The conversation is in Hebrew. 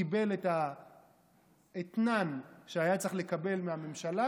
קיבל את האתנן שהיה צריך לקבל מהממשלה,